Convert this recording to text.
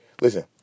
listen